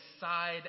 side